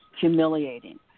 humiliating